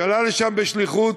שעלה לשם בשליחות,